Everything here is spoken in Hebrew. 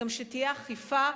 גם שתהיה אכיפה.